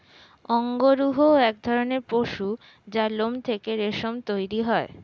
অঙ্গরূহ এক ধরণের পশু যার লোম থেকে রেশম তৈরি হয়